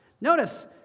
Notice